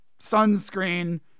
sunscreen